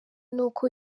nuko